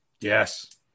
yes